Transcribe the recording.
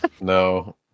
No